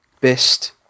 best